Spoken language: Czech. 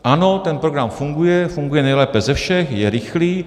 Ano, ten program funguje, funguje nejlépe ze všech, je rychlý.